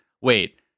Wait